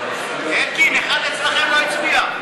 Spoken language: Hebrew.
עתיד לסעיף 1 לא נתקבלה.